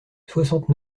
soixante